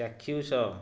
ଚାକ୍ଷୁଷ